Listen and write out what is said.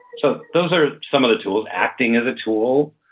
so those are some of the tools. acting is a tool.